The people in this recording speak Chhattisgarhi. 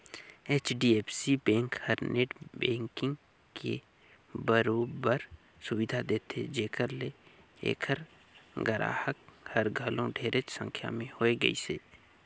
एच.डी.एफ.सी बेंक हर नेट बेंकिग के बरोबर सुबिधा देथे जेखर ले ऐखर गराहक हर घलो ढेरेच संख्या में होए गइसे